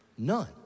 None